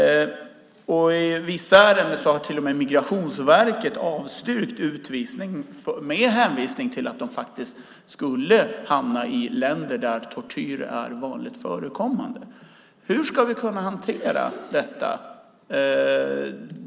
I vissa ärenden har till och med Migrationsverket avstyrkt avvisning med hänvisning till att de utvisade skulle hamna i länder där tortyr är vanligt förekommande. Hur ska vi kunna hantera detta?